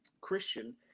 Christian